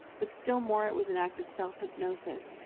but still more it was an act of self-hypnosis,